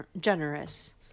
generous